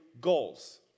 goals